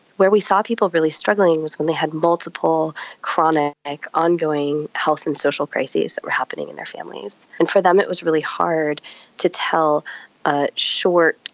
where we saw people really struggling was when they had multiple chronic like ongoing health and social crises that were happening in their families, and for them it was really hard to tell a short,